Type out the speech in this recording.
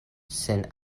sen